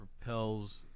propels